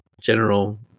general